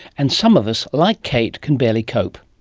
and some of us, like kate, can barely cope.